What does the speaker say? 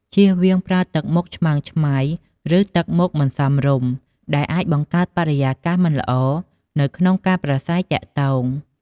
ចៀសវាងប្រើទឹកមុខឆ្មើងឆ្មៃ ឬ ទឹកមុខមិនសមរម្យដែលអាចបង្កើតបរិយាកាសមិនល្អនៅក្នុងការប្រាស្រ័យទាក់ទង។